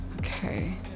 Okay